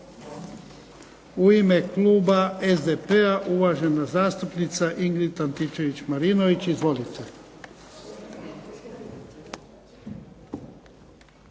U ime kluba SDP-a uvažena zastupnica Ingrid Antičević Marinović. Izvolite.